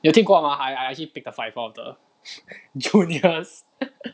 你有听过吗 I I actually pick a fight with one of the juniors